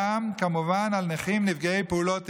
כמובן גם על נכים נפגעי פעולות איבה.